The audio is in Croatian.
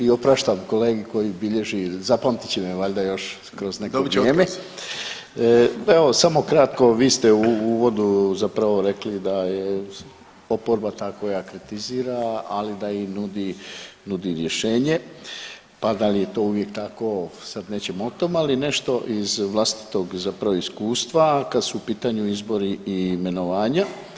I opraštam kolegi koji bilježi, zapamtit će me valjda još kroz neko vrijeme [[Upadica Zekanović: Dobit će otkaz.]] Evo samo kratko, vi ste u uvodu zapravo rekli da je oporba ta koja kritizira, ali da i nudi rješenje, pa da li je to uvijek tako sad nećemo o tome, ali nešto iz vlastitog zapravo iskustva kad su izbori i imenovanja.